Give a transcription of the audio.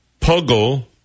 Puggle